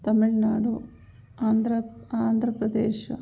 Tamil Nadu Andhra Andhra Pradesh